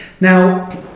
now